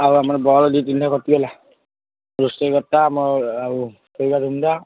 ଆଉ ଆମର ବଲ୍ ଦୁଇ ତିନିଟା କଟିଗଲା ରୋଷେଇ ଘରଟା ଆମର ଆଉ ଶୋଇବା ରୁମ୍ଟା